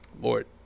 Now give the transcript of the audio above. Lord